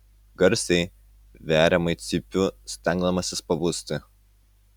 garsiai veriamai cypiu stengdamasis pabusti